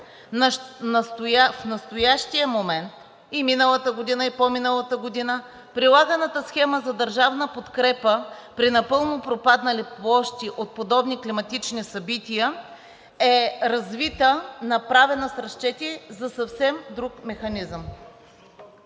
в настоящия момент – и миналата година, и по-миналата година, прилаганата схема за държавна подкрепа при напълно пропаднали площи от подобни климатични събития е развита, направена с разчети за съвсем друг механизъм?